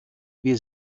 wir